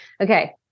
Okay